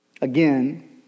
Again